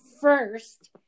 first